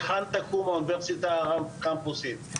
היכן תקום האוניברסיטה רב קמפוסית.